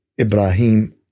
Ibrahim